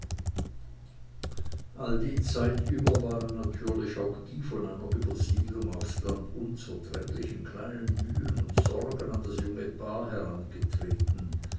all die zeit über waren natürlich auch die von einer übersiedlung aufs land unzertrennlichen kleinen mühen und sorgen an das junge paar herangetreten